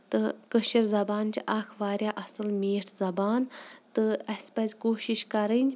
تہٕ کٲشِر زَبان چھِ اکھ واریاہ اَصٕل میٖٹھ زَبان تہٕ اَسہِ پَزِ کوٗشش کرٕنۍ